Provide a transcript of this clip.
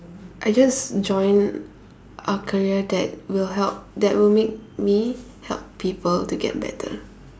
I just join a career that will help that will make me help people to get better